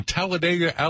Talladega